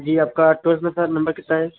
जी आपका प्रश्न का नंबर कितना है